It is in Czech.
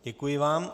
Děkuji vám.